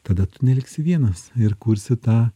tada tu neliksi vienas ir kursi tą